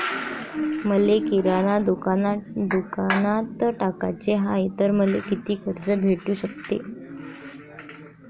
मले किराणा दुकानात टाकाचे हाय तर मले कितीक कर्ज भेटू सकते?